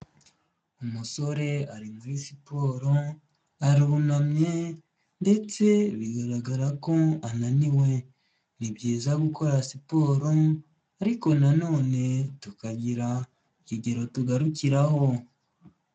Umusore ari muri siporo arunamye ndetse bigaragara ko ananiwe, ni byiza gukora siporo ariko nanone tukagira ikigero tugarukiraho.